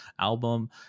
album